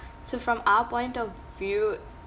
so from our point of view